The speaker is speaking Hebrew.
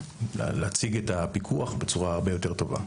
להציג את הפיקוח בצורה הרבה יותר טובה.